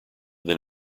than